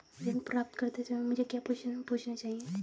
ऋण प्राप्त करते समय मुझे क्या प्रश्न पूछने चाहिए?